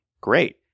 Great